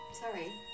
Sorry